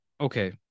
okay